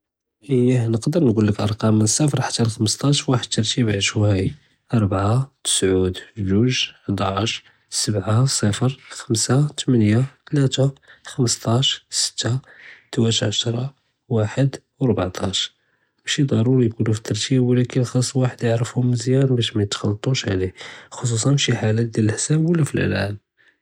אִייֵה נְקַדַּר נְגּוֹלֶּךְ אַרְקָאם מִן אֶל-צִירְף חַתָּא לְחַמְשְׁטַאש בְּוַחַד אֶל-תַּרְתִּיב עַשְׁוָאִי, רְבְעַה, תִּסְעוּד, גּוּג', חַדַעַש, סְבַעָה, צִיפְר, חַמְסָה, תְּמְנִיָה, תְּלָאתָה, חַמְשְׁטַאש, שִׁתַּה, תְּוַאש עֲשָׂרָה, וַחַד וְרְבְעְטַאש, מַאְשִי דַרּוּרִי יְכוּנוּ פַּל-תַּרְתִּיב לוּקּין חַאס וַחַד יְעַרְפְּהֶם מְזְיָאן בַּשּׁ מַיִתְחַלְּטוּש עָלֵיהּוּ כְּחוּصּוּסָאן שִי חַלּוּת דְיַאל אֶל-חִסּאב לוּא פַל-אַלְעָאב.